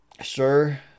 sure